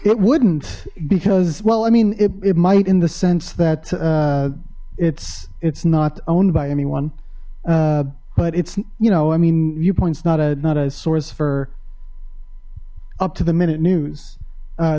it wouldn't because well i mean it might in the sense that it's it's not owned by anyone but it's you know i mean viewpoints not a not a source for up to the minute news